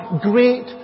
Great